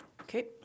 Okay